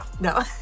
No